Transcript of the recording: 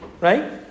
Right